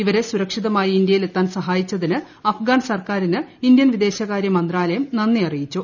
ഇവരെ സുരക്ഷിതമായി ഇന്ത്യയിൽ എത്താൻ സഹായിച്ചതിന് അഫ്ഗാൻ സർക്കാരിന് ഇന്ത്യൻ വിദേശകാര്യ മന്ത്രാലയം നന്ദി അറിയിച്ചു